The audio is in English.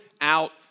out